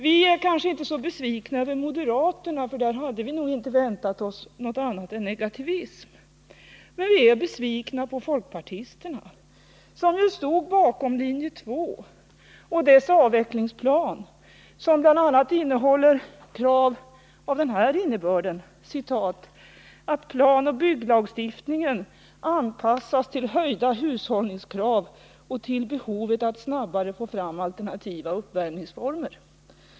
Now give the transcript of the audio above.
Vi är kanske ändå inte så värst besvikna på moderaterna — av dem hade vi nog inte väntat oss någonting annat än negativism — men vi är besvikna på folkpartisterna, som ju stod bakom linje 2 och dess avvecklingsplan som bl.a. innehåller kravet att ”planoch bygglagstiftningen skall anpassas till höjda hushållningskrav och till behovet av att snabbare få fram alternativa uppvärmningsformer”.